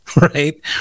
right